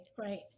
Right